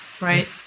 Right